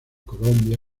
colombia